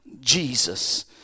Jesus